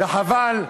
וחבל,